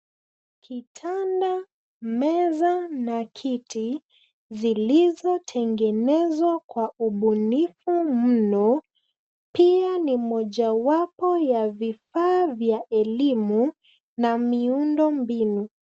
Kitanda, meza na kiti zilizotengenezwa kwa ubunifu mno pia ni mojawapo ya vifaa vya elimu na miundombinu.